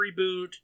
reboot